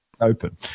open